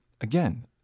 Again